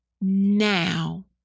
now